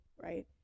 right